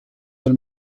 del